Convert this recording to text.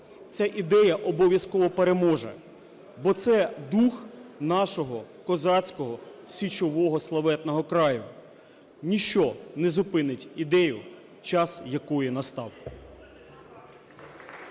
Ця ідея обов'язково переможе, бо це дух нашого козацького, січового славетного краю. Ніщо не зупинить ідею, час якої настав.